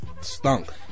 stunk